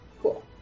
Cool